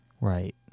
Right